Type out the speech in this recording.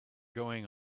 going